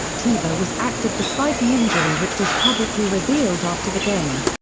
tebow was active despite the injury which was publicly revealed after the game.